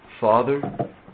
Father